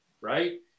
right